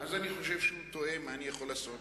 אז אני חושב שהוא טועה, מה אני יכול לעשות.